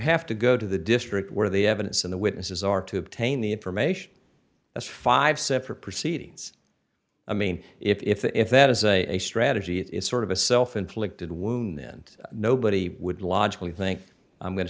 have to go to the district where the evidence and the witnesses are to obtain the information that's five separate proceedings i mean if that is a strategy it is sort of a self inflicted wound nobody would logically think i'm going to